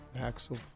Axel